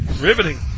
riveting